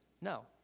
no